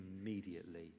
Immediately